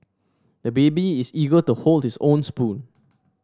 the baby is eager to hold his own spoon